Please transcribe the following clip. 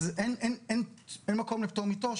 אז אין מקום לפטור מתור,